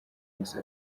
ubusa